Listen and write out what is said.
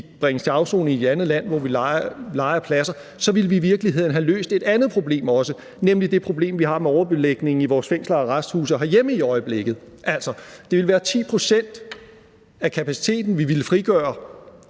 bringes til afsoning i et andet land, hvor vi lejer pladser, vil vi i virkeligheden have løst også et andet problem, nemlig det problem, vi har med overbelægning i vores fængsler og arresthuse herhjemme i øjeblikket. Det ville være 10 pct. af kapaciteten, som vi ville frigøre.